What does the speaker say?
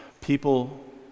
People